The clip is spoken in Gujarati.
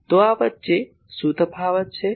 તો આ વચ્ચે શું તફાવત છે